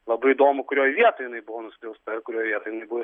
labai įdomu kurioj vietoj jinai buvo nuskriausta ir kurioj vietoj jinai buvo